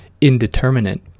indeterminate